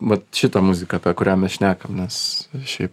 vat šitą muziką apie kurią mes šnekam nes šiaip